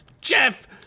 Jeff